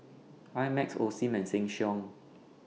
I Max Osim and Sheng Siong